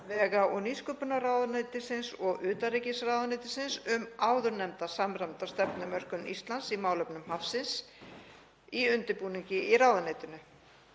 og nýsköpunarráðuneytis og utanríkisráðuneytis um áðurnefnda samræmda stefnumörkun Íslands í málefnum hafsins í undirbúningi í ráðuneytinu.